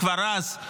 כבר אז,